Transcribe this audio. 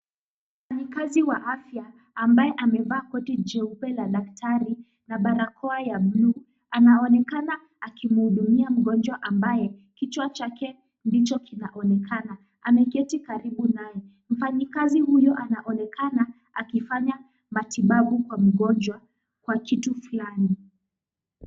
Mfanyakazi wa afya ambaye amevaa koti jeupe la daktari na barakoa ya bluu, anaonekana akimhudumia mgonjwa ambaye kichwa chake ndicho kinaonekana. Ameketi karibu naye. Mfanyakazi huyo anaonekana akifanya matibabu kwa mgonjwa kwa kitu flani.